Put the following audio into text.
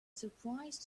surprise